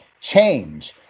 change